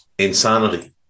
Insanity